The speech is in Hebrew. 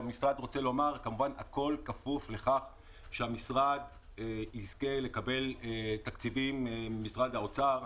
כמובן הכול כפוף לכך שהמשרד יזכה לקבל תקציבים ממשרד האוצר.